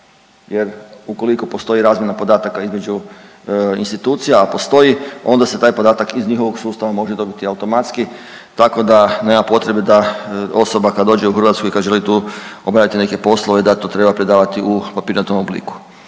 jer ukoliko postoji razmjena podataka između institucija, a postoji onda se taj podatak iz njihovog sustava može dobiti automatski tako da nema potreba da osoba kad dođe u Hrvatsku i kad želi tu obavljati neke poslove da to treba predavati u papirnatom obliku.